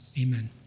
amen